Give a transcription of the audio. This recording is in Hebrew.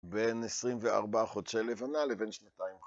בין 24 חודשי לבנה לבין שנתיים.